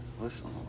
Listen